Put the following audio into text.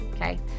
Okay